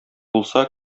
булса